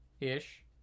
ish